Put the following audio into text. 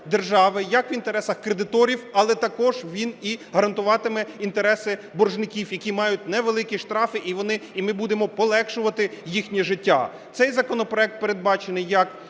як в інтересах кредиторів, але також він і гарантуватиме інтереси боржників, які мають невеликі штрафи, і ми будемо полегшувати їхнє життя. Цей законопроект передбачений як